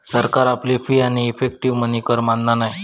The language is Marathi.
सरकार आपली फी आणि इफेक्टीव मनी कर मानना नाय